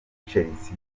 chelsea